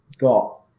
got